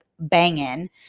Banging